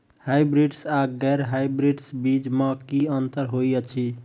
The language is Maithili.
हायब्रिडस आ गैर हायब्रिडस बीज म की अंतर होइ अछि?